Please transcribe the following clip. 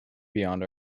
beyond